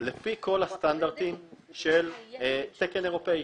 בכל הסטנדרטים של תקן אירופאי.